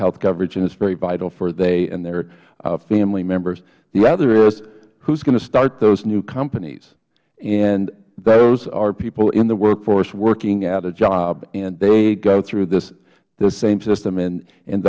health coverage and it is very vital for they and their family members the other is who is going to start those new companies and those are people in the workforce working at a job and they go through this same system and